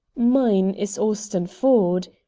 mine is austin ford,